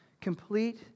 complete